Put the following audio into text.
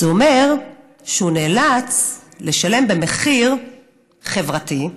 זה אומר שהוא נאלץ לשלם מחיר חברתי,